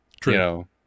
True